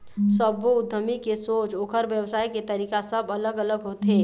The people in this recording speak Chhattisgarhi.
सब्बो उद्यमी के सोच, ओखर बेवसाय के तरीका सब अलग अलग होथे